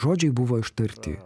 žodžiai buvo ištarti